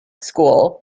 school